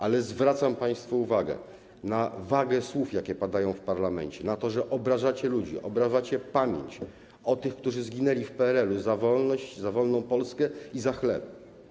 Ale zwracam państwa uwagę na słowa, jakie padają w parlamencie, na ich wagę, na to, że obrażacie ludzi, obrażacie pamięć o tych, którzy zginęli w PRL za wolność, za wolną Polskę i za chleb.